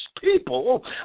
people